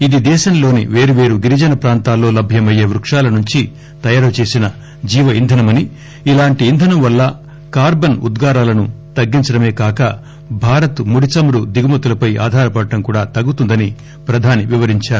ఇది దేశంలోని పేరుపేరు గిరిజన ప్రాంతాల్లో లభ్యమయ్యే వృశాల నుండి తయారు చేసిన జీవ ఇంధనమని ఇలాంటి ఇంధనం వల్ల కార్బన్ ఉద్గారాలను తగ్గించడమే కాక భారత్ ముడి చమురు దిగుమతులపై ఆధారపడటం కూడా తగ్గుతుందని ప్రధాని వివరించారు